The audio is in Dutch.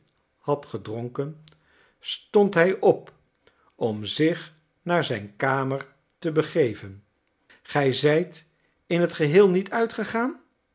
had gedronken stond hij op om zich naar zijn kamer te begeven gij zijt in het geheel niet uitgegaan